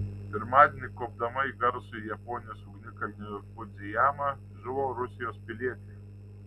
pirmadienį kopdama į garsųjį japonijos ugnikalnį fudzijamą žuvo rusijos pilietė